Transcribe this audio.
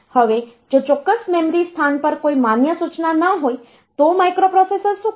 હવે જો ચોક્કસ મેમરી સ્થાન પર કોઈ માન્ય સૂચના ન હોય તો માઇક્રોપ્રોસેસર શું કરશે